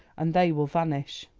and they will vanish.